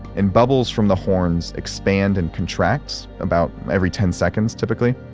and bubbles from the horns expand and contract about every ten seconds, typically,